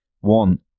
one